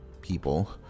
people